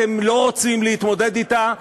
אתם לא רוצים להתמודד אתה,